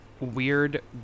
weird